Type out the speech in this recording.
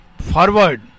forward